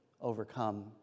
overcome